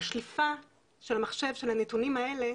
השליפה של המחשב של הנתונים האלה